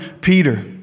Peter